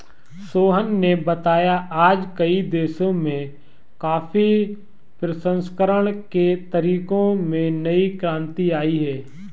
सोहन ने बताया आज कई देशों में कॉफी प्रसंस्करण के तरीकों में नई क्रांति आई है